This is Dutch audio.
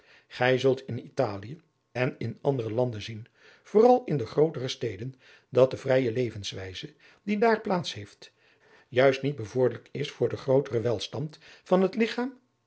zult in italië en in andere landen zien vooral in de grootere steden dat de vrije levenswijze die daar plaats heeft juist niet bevorderlijk is voor den grooteren welstand van het ligchaam